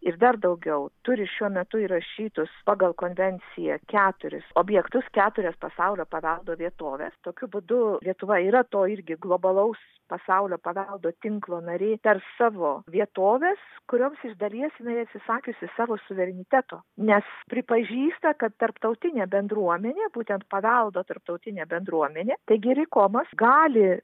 ir dar daugiau turi šiuo metu įrašytus pagal konvenciją keturis objektus keturias pasaulio paveldo vietoves tokiu būdu lietuva yra to irgi globalaus pasaulio paveldo tinklo narė per savo vietoves kurioms iš dalies jinai atsisakiusi savo suvereniteto nes pripažįsta kad tarptautinė bendruomenė būtent paveldo tarptautinė bendruomenė taigi ir ikomos gali